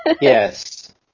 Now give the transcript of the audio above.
Yes